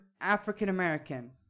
african-american